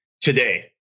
today